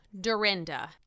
Dorinda